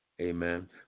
Amen